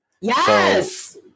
Yes